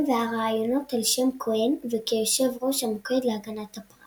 והרעיונות ע"ש כהן וכיושב ראש המוקד להגנת הפרט.